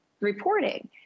reporting